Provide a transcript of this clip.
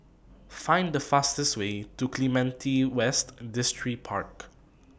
Find The fastest Way to Clementi West Distripark